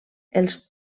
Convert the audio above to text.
els